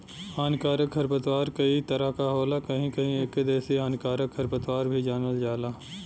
हानिकारक खरपतवार कई तरह क होला कहीं कहीं एके देसी हानिकारक खरपतवार भी जानल जाला